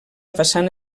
façana